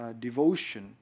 devotion